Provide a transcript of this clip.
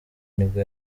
nibwo